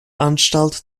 anstalt